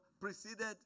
preceded